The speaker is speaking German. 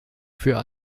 für